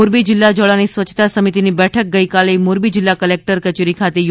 મોરબી જિલ્લા જળ અને સ્વચ્છતા સમિતિની બેઠક ગઇકાલે મોરબી જિલ્લા કલેકટર કચેરી ખાતે યોજાઇ હતી